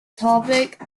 topic